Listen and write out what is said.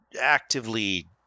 actively